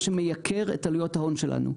מה שמייקר את עלויות ההון שלנו.